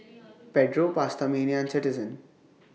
Pedro PastaMania and Citizen